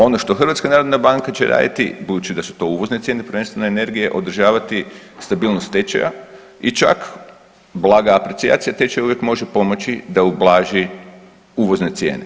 Ono što HNB će raditi budući da su to uvozne cijene prvenstveno energije, održavati stabilnost tečaja i čak blaga aprecijacija, tečaj uvijek može pomoći da ublaži uvozne cijene.